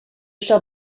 shall